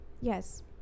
yes